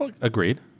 Agreed